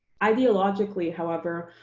ideologically, however,